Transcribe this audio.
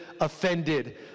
offended